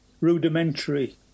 rudimentary